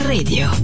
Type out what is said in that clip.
Radio